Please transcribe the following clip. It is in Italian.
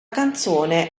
canzone